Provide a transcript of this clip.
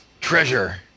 treasure